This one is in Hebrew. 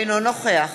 אינו נוכח